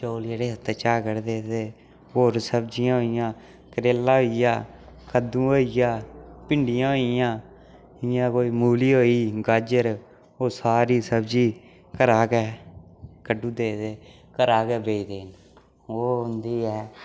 चौल जेह्ड़े ओह्दे चा गै कड्ढदे ते होर सब्जियां होई गेइयां करेला होई गेआ कद्दू होई गेआ भिंडियां होई गेइयां इ'यां कोई मूली होई गाजर ओह् सारी सब्जी घरै गै कड्ढू ओड़दे हे ते घरा गै बेचदे हे ओह् उं'दी ऐ